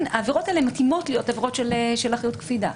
העבירות האלה מתאימות להיות עבירות של אחריות קפידה.